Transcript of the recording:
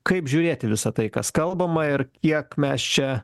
kaip žiūrėti visą tai kas kalbama ir kiek mes čia